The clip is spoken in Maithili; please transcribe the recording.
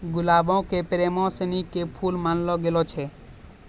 गुलाबो के प्रेमी सिनी के फुल मानलो गेलो छै